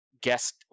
guest